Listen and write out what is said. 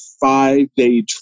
five-day